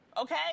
okay